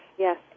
Yes